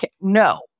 no